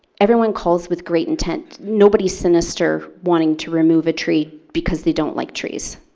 everyone calls with great intent. nobody is sinister wanting to remove a tree because they don't like trees.